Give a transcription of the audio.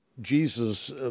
Jesus